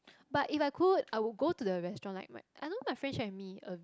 but if I could I would go to the restaurant like my I don't know my friend share with me a